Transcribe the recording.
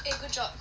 okay good job